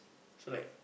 so like